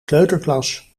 kleuterklas